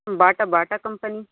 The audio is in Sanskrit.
Bata Bata company